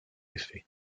effet